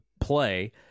play